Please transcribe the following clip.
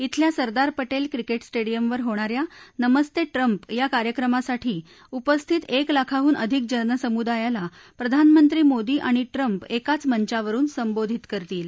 इथल्या सरदार पटेल क्रिकेट स्टेडियमवर होणा या नमस्ते ट्रम्प या कार्यक्रमासाठी उपस्थित एक लाखाहून अधिक जनसमुदायाला प्रधानमंत्री मोदी आणि ट्रम्प एकाच मंचावरुन संबोधित करतील